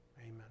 Amen